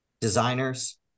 designers